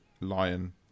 lion